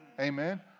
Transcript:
Amen